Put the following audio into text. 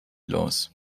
los